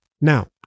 Now